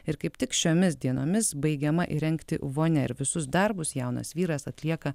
ir kaip tik šiomis dienomis baigiama įrengti vonia ir visus darbus jaunas vyras atlieka